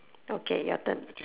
okay your turn